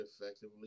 effectively